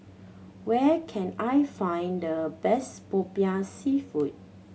where can I find the best Popiah Seafood